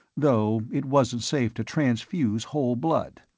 though it wasn't safe to transfuse whole blood.